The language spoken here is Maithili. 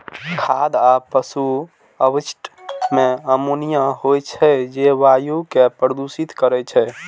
खाद आ पशु अवशिष्ट मे अमोनिया होइ छै, जे वायु कें प्रदूषित करै छै